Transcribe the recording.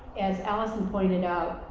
as alison pointed out,